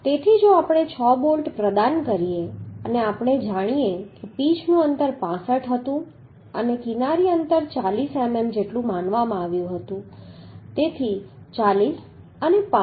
તેથી જો આપણે 6 બોલ્ટ પ્રદાન કરીએ અને આપણે જાણીએ કે પીચનું અંતર 65 હતું અને કિનારીનું અંતર 40 મીમી જેટલું માનવામાં આવ્યું હતું તેથી 40 અને 65